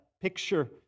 picture